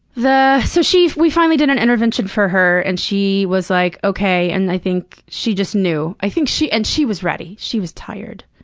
the. so she we finally did an intervention for her and she was like, okay, and i think she just knew. i think she and she was ready. she was tired.